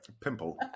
pimple